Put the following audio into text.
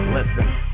Listen